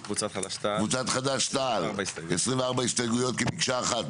לקבוצת חד"ש-תע"ל יש כ-24 הסתייגויות, כמקשה אחת.